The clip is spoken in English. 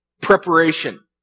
preparation